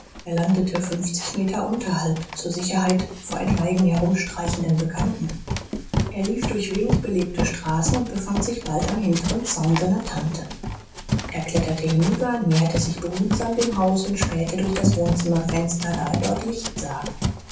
er landete fünfzig meter unterhalb zur sicherheit vor etwaigen herumstreichenden bekannten er lief durch wenig belebte straßen und befand sich bald am hinteren zaun seiner tante er kletterte hinüber näherte sich behutsam dem haus und spähte durch das wohnzimmerfenster da er dort licht sah